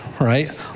right